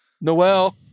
Noel